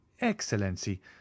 excellency